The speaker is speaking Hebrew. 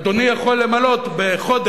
אדוני יכול למלא בחודש